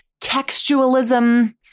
textualism